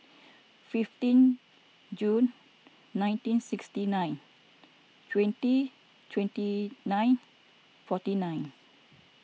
fifteen June nineteen sixty nine twenty twenty nine forty nine